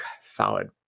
solid